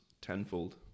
tenfold